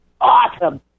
awesome